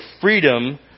freedom